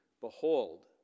Behold